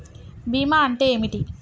బీమా అంటే ఏమిటి?